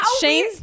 Shane